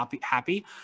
happy